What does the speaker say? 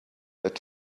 that